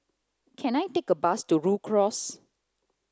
can I take a bus to Rhu Cross